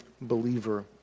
believer